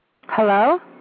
Hello